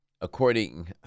according